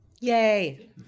Yay